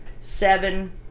seven